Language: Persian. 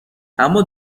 اما